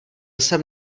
jsem